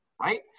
Right